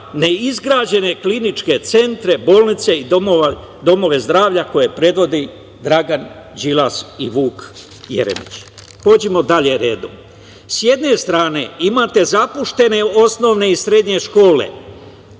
neizgrađene kliničke centre, bolnice i domove zdravlja koje predvodi Dragan Đilas i Vuk Jeremić. Pođimo dalje redom. S jedne strane, imate zapuštene osnove i srednje škole